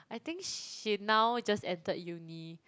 I think she now just entered uni